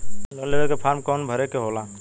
Loan लेवे के form कौन भरे के होला?